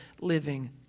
living